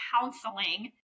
counseling